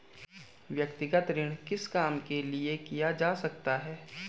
व्यक्तिगत ऋण किस काम के लिए किया जा सकता है?